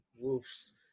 Wolves